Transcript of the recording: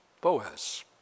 Boaz